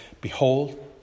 Behold